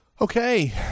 Okay